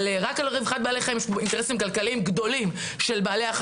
של בעלי החוות הגדולות.